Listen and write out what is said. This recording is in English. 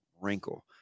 wrinkle